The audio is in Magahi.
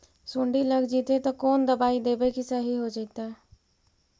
सुंडी लग जितै त कोन दबाइ देबै कि सही हो जितै?